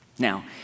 Now